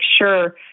sure